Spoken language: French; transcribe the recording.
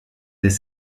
des